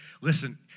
Listen